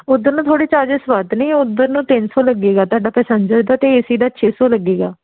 ਉੱਧਰ ਨੂੰ ਥੋੜ੍ਹੇ ਚਾਰਜਿਸ ਵੱਧ ਨੇ ਉੱਧਰ ਨੂੰ ਤਿੰਨ ਸੌ ਲੱਗੇਗਾ ਤੁਹਾਡਾ ਪੈਸੈਂਜਰ ਦਾ ਅਤੇ ਏਸੀ ਦਾ ਛੇ ਸੌ ਲੱਗੇਗਾ